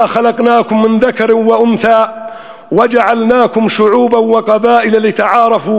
ח'לקנאכם מן ד'כר ואנת'א וג'עלנאכם שעובאן וקבאאל לתעראפו